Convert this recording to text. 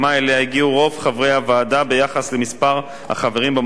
הוועדה בדבר מספר החברים במועצה ודרכי מינוים: